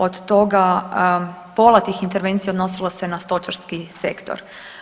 Od toga pola tih intervencija odnosilo se na stočarski sektor.